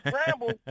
scramble